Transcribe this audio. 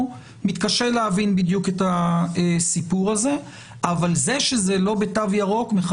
יותר מ-50 זה עם תו ירוק,